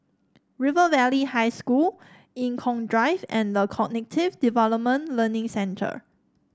River Valley High School Eng Kong Drive and The Cognitive Development Learning Centre